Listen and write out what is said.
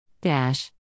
dash